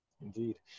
Indeed